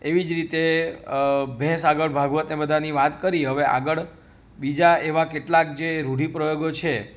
એવી જ રીતે ભેંસ આગળ ભાગવત એ બધાની વાત કરી હવે આગળ બીજા એવા કેટલાક જે રૂઢિપ્રયોગો છે